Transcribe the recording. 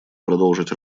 продолжить